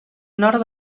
nord